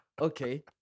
Okay